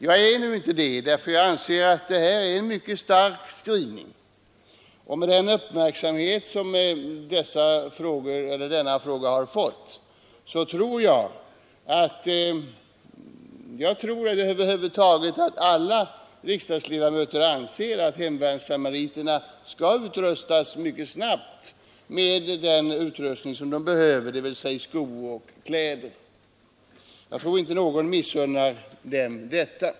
Jag är nu inte det, för jag anser att det här är en mycket stark skrivning. Med tanke på den uppmärksamhet som denna fråga har fått tror jag att alla riksdagsledamöter anser att hemvärnssamariterna mycket snabbt skall få den utrustning som de behöver, dvs. skor och kläder. Jag tror inte att någon missunnar dem det.